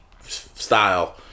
style